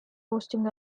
hosting